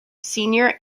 senior